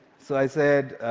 so i said,